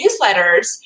newsletters